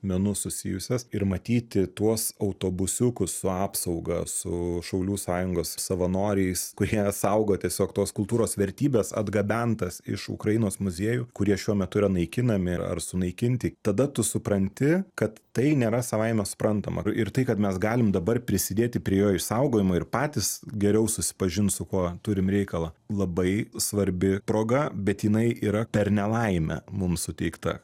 menu susijusias ir matyti tuos autobusiukus su apsauga su šaulių sąjungos savanoriais kurie saugo tiesiog tuos kultūros vertybes atgabentas iš ukrainos muziejų kurie šiuo metu yra naikinami ar sunaikinti tada tu supranti kad tai nėra savaime suprantama ir tai kad mes galim dabar prisidėti prie jo išsaugojimo ir patys geriau susipažint su kuo turim reikalą labai svarbi proga bet jinai yra per nelaimę mums suteikta